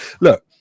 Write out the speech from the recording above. look